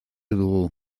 dugu